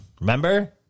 remember